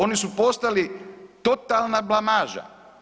Oni su postali totalna blamaža.